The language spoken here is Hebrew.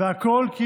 והכול כי